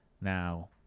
Now